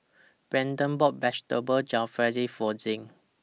Brandan bought Vegetable Jalfrezi For Shep